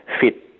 fit